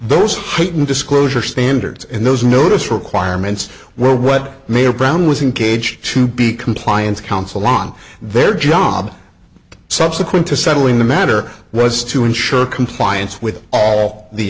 those heightened disclosure standards and those notice requirements were what mayor brown was engaged to be compliance counsel on their job subsequent to settling the matter was to ensure compliance with all the